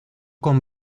con